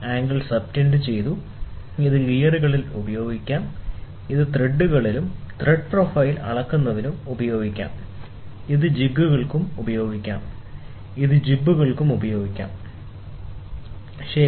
angle സബ്ടെൻഡുചെയ്തു ഇത് ഗിയറുകളിൽ ഉപയോഗിക്കാം ഇത് ത്രെഡുകളിലും thread profile threads thread profile അളക്കുന്നതിനും ഉപയോഗിക്കാം ഇത് ജിഗുകൾക്കും ഉപയോഗിക്കാം ഇത് ജിബുകൾക്കും ഉപയോഗിക്കാം ശരി